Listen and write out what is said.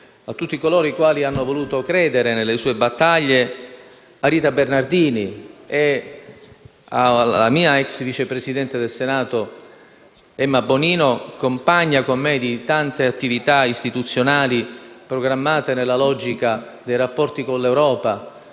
a tutti coloro i quali hanno voluto credere nelle sue battaglie, a Rita Bernardini e alla mia *ex* vice presidente del Senato Emma Bonino, compagna con me di tante attività istituzionali programmate nella logica dei rapporti con l'Europa,